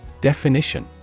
Definition